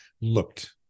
looked